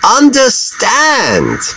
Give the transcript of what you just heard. understand